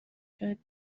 شاید